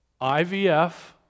IVF